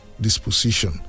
disposition